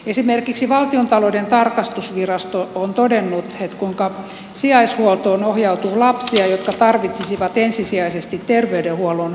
esimerkiksi valtiontalouden tarkastusvirasto on todennut kuinka sijaishuoltoon ohjautuu lapsia jotka tarvitsisivat ensisijaisesti terveydenhuollon palveluita